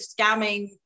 scamming